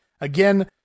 Again